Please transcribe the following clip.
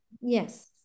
Yes